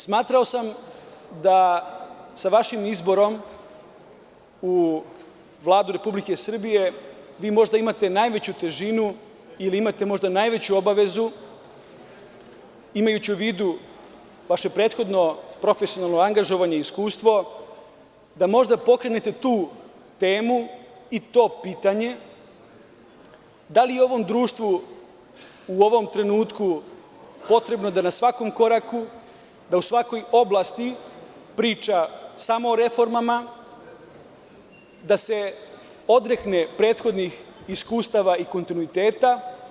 Smatrao sam da sa vašim izborom u Vladu Republike Srbije vi možda imate najveću težinu, jer imate možda najveću obavezu, imajući u vidu vaše prethodno profesionalno angažovanje i iskustvo, da možda pokrenete tu temu i to pitanje, da li je ovom društvu u ovom trenutku potrebno da na svakom koraku, da u svakoj oblasti priča samo o reformama, da se odrekne prethodnih iskustava i kontinuiteta.